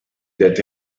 that